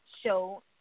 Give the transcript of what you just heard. show